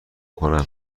کنم